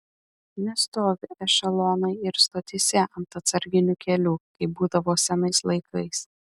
nestovi ešelonai ir stotyse ant atsarginių kelių kaip būdavo senais laikais